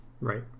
Right